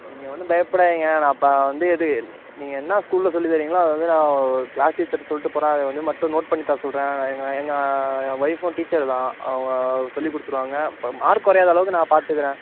நீங்க ஒன்றும் பயப்படாதீங்க நான் இப்போது வந்து எது நீங்கள் என்ன ஸ்கூலில் சொல்லி தரீங்களோ அதை வந்து நான் கிளாஸ் டீச்சர்கிட்ட சொல்லிவிட்டு போகிறேன் அதை வந்து மட்டும் நோட் பண்ணி தர சொல்கிறேன் அதை எங்கள் எங்கள் ஒயிஃபும் டீச்சர் தான் அவங்க சொல்லிக் கொடுத்துருவாங்க அப்புறம் மார்க்கு குறையாத அளவுக்கு நான் பார்த்துக்கிறேன்